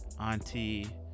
auntie